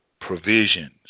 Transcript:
provisions